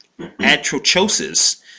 atrochosis